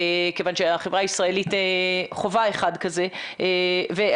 כיוון שהחברה הישראלית חווה אחד כזה ואגב,